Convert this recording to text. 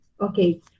Okay